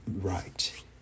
right